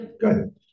Good